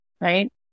right